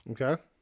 Okay